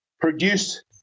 produce